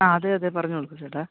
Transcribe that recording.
അതെ അതെ പറഞ്ഞോളു ചേട്ടാ